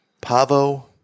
Pavo